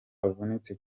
avunitse